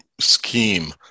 scheme